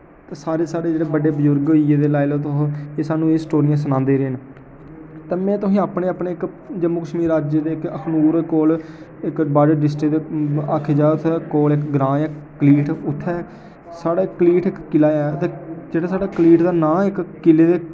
सारे साढ़े बड्डे बजुर्ग होई गे ते लाई लो तुस स्हानूं स्टोरियां सनांदे रेह् न कन्नै तुसें अपने अपने जम्मू कश्मीर राज्य दे इक अखनूर कोल इक बाह्र डिस्टक आखेआ जाऽ उत्थैं कोल इक ग्रांऽ ऐ कलीठ उत्थै साढ़े कलीठ इक किला ऐ उत्थै जेह्ड़ा साढ़े करीठ दा नांऽ ऐ इक किले दे